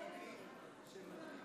60 נגד.